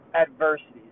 adversities